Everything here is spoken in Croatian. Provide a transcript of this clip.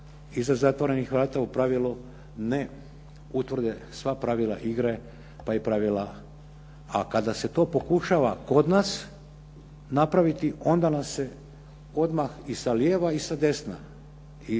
iza zatvorenih u pravilu ne utvrde sva pravila igre pa i pravila. A kada se to pokušava kod nas napraviti, onda nas se odmah i sa lijeva i sa desna i sa